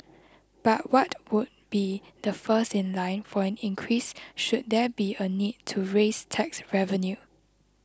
but what would be the first in line for an increase should there be a need to raise tax revenue